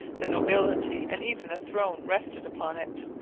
the nobility and even the throne rested upon it.